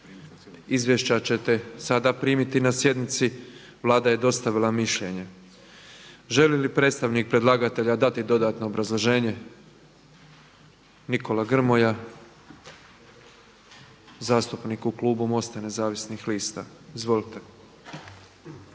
Izvješća ćete sada primiti na sjednici. Vlada je dostavila mišljenje. Želi li predstavnik predlagatelja dati dodatno obrazloženje? Nikola Grmoja, zastupnik u klubu MOST-a Nezavisnih lista. Izvolite.